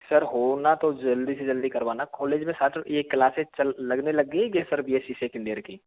sir हो ना तो जल्दी से जल्दी करवाना कॉलेज में सात और ये क्लास से चल लगने लग गई है B S C second year की